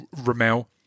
Ramel